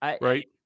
Right